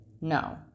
No